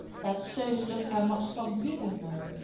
that shows just how much some people know!